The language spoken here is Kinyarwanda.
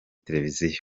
televiziyo